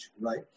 right